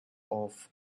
off